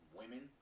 women